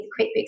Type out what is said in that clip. QuickBooks